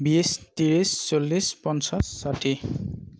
বিশ ত্ৰিছ চল্লিছ পঞ্চাছ ষাঠি